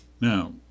Now